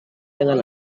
dengan